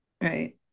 Right